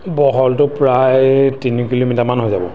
বহলটো প্ৰায় তিনি কিলোমিটাৰমান হৈ যাব